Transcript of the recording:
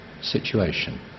situation